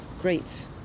great